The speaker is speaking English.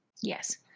Yes